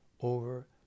over